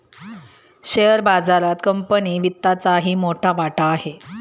share बाजारात company वित्तचाही मोठा वाटा आहे